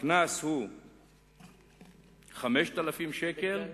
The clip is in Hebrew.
הקנס הוא 5,000 שקל,